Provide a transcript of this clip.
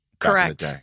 Correct